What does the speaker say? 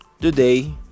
Today